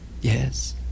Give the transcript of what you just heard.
Yes